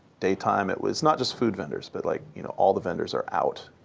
daytime, it was not just food vendors, but like you know all the vendors are out.